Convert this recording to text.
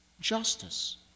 justice